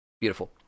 Beautiful